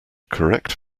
correct